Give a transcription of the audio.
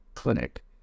Clinic